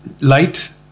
light